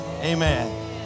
amen